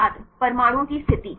छात्र परमाणुओं की स्थिति